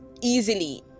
easily